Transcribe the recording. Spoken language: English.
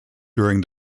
during